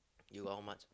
you got how much